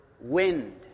wind